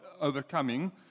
overcoming